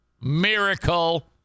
Miracle